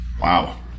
Wow